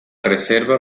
reserva